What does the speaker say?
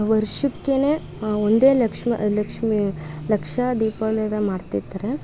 ವರ್ಷಕ್ಕೆ ಒಂದು ಲಕ್ಷ ಲಕ್ಷ್ಮಿ ಲಕ್ಷ ದೀಪವನ್ನೆಲ್ಲಾ ಮಾಡ್ತಿರ್ತಾರೆ